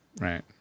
Right